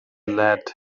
lead